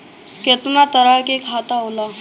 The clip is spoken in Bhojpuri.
केतना तरह के खाता होला?